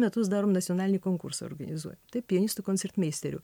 metus darom nacionalinį konkursą organizuo pianistų koncertmeisterių